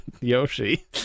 Yoshi